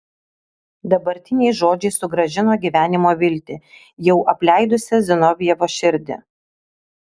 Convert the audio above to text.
dabartiniai žodžiai sugrąžino gyvenimo viltį jau apleidusią zinovjevo širdį